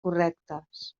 correctes